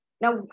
Now